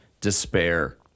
despair